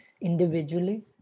individually